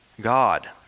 God